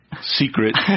secret